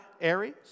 Aries